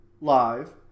live